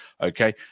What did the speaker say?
okay